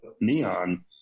neon